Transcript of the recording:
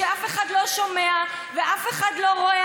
כשאף אחד לא שומע ואף אחד לא רואה,